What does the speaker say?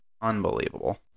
Unbelievable